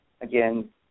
Again